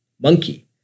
Monkey